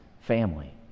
family